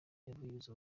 yavuze